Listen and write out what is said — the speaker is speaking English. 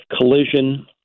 collision